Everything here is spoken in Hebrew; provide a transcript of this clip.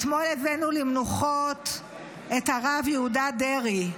אתמול הבאנו למנוחות את הרב יהודה דרעי,